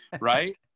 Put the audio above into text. right